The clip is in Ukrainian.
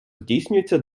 здійснюється